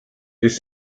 ist